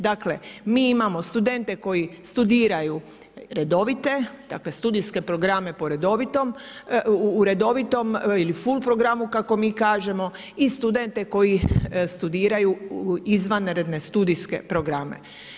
Dakle, mi imamo studente, koji studiraju redovite studijske programe u redovitom ili ful programu kako mi kažemo i studente koji studiraju izvanredne studijske programe.